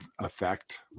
effect